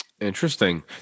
Interesting